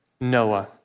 Noah